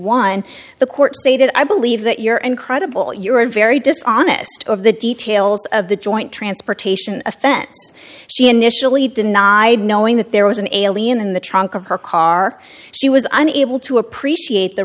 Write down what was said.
one the court stated i believe that your incredible your very dishonest of the details of the joint transportation offense she initially denied knowing that there was an alien in the trunk of her car she was unable to appreciate the